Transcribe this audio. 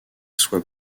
soit